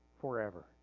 forever